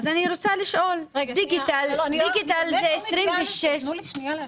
אז אני רוצה לשאול -- תנו לי שנייה להשלים.